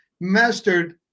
mastered